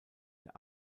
der